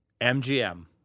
MGM